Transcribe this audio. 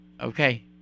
Okay